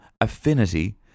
affinity